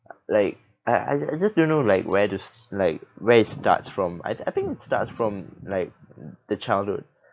like I I I just don't know like where to like where it starts from I I think it starts from like the childhood